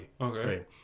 okay